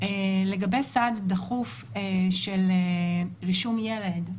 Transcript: לגבי סעד דחוף של רישום ילד.